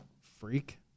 freak